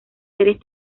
series